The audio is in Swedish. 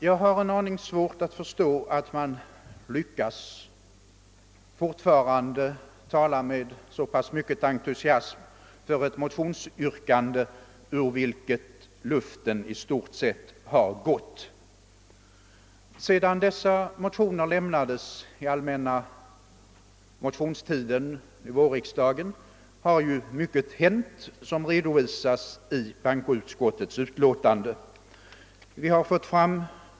Jag har en aning svårt att förstå att man forifarande lyckas tala med så pass stor entusiasm för ett motionsyrkande som luften i stort sett har gått ur. Sedan motionerna i fråga väcktes under vårriksdagens allmänna motionstid har mycket hänt, såsom redovisats i bankoutskottets utlåtande.